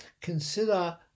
consider